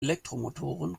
elektromotoren